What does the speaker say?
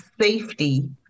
safety